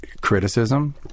criticism